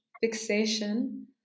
fixation